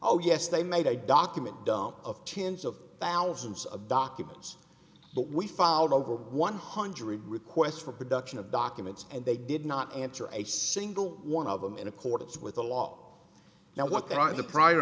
oh yes they made a document dump of tens of thousands of documents but we filed over one hundred requests for production of documents and they did not answer a single one of them in accordance with the law now what they were in the prior